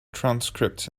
transcripts